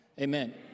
amen